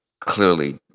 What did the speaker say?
clearly